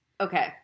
okay